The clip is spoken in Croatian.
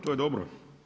To je dobro.